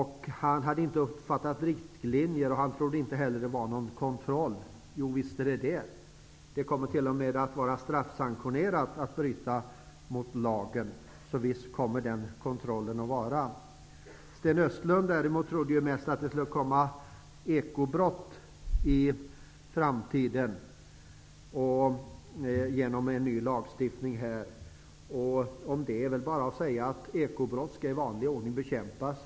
Han hade inte uppfattat att det fanns riktlinjer och trodde inte heller att det fanns någon kontroll. Visst finns det kontroll! Det kommer t.o.m. att vara straffsanktionerat att bryta mot lagen. Så visst kommer den kontrollen att finnas! Sten Östlund däremot trodde att det i framtiden på grund av en ny lagstiftning skulle begås ekobrott. Om det är väl bara att säga att ekobrott i vanlig ordning skall bekämpas.